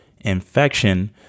infection